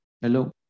Hello